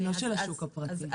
לא של השוק הפרטי.